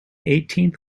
eighteenth